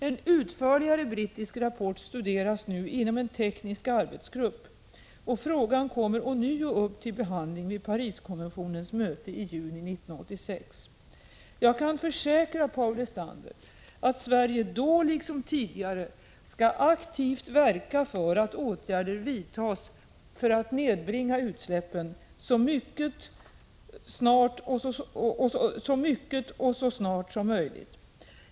En utförligare brittisk rapport studeras nu inom en teknisk arbetsgrupp, och frågan kommer ånyo upp till behandling vid Pariskonventionens möte i juni 1986. Jag kan försäkra Paul Lestander att Sverige då, liksom tidigare, aktivt skall verka för att åtgärder vidtas för att nedbringa utsläppen så mycket och så snart som möjligt.